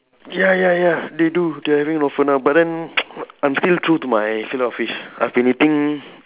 ya ya ya they do they having offer now but then I'm still true to my fillet O fish I've been eating